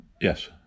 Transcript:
Yes